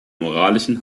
moralischen